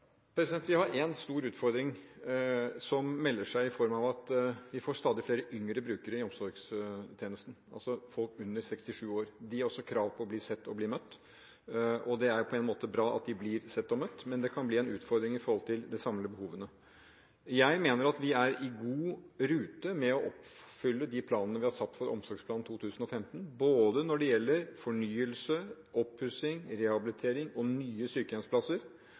Vi har én stor utfordring som melder seg, i form av at vi får stadig flere yngre brukere i omsorgstjenesten – folk under 67 år. Også de har krav på å bli sett og å bli møtt. Det er på en måte bra at de blir sett og møtt, men det kan bli en utfordring med tanke på det samlede behovet. Jeg mener at vi er godt i rute med å oppfylle de planene vi har i Omsorgsplan 2015 når det gjelder fornyelse, oppussing, rehabilitering og nye sykehjemsplasser,